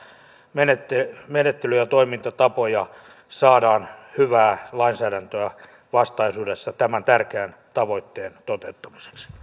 menettelyjä menettelyjä ja toimintatapoja saadaan hyvää lainsäädäntöä vastaisuudessa tämän tärkeän tavoitteen